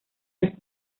las